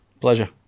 Pleasure